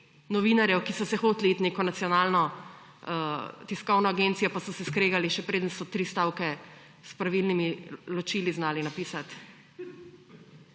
novinarjev, ki so se hoteli iti neko nacionalno tiskovno agencijo, pa so se skregali, še preden so 3 stavke s pravilnimi ločili znali napisat.